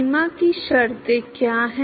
सीमा की शर्तें क्या हैं